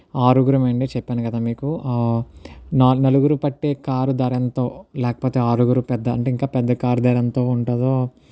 ఆరుగురము అండి చెప్పాను కదా మీకు న నలుగురు పట్టే కారు ధర ఎంతో లేకపోతే ఆరుగురు పెద్ద అంటే ఇంకా పెద్ద కారు ధర ఎంత ఉంటుందో